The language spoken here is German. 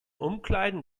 umkleiden